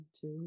two